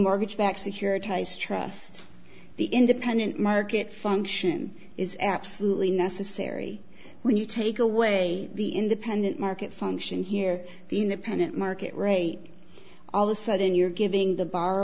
mortgage backed securities trust the independent market function is absolutely necessary when you take away the independent market function here the independent market rate all the sudden you're giving the